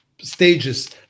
Stages